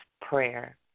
prayer